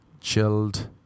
chilled